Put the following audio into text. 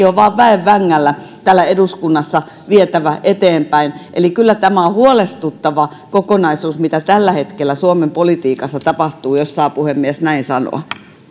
on vain väen vängällä täällä eduskunnassa vietävä eteenpäin eli kyllä tämä on huolestuttava kokonaisuus mitä tällä hetkellä suomen politiikassa tapahtuu jos saa puhemies näin sanoa